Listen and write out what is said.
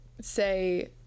say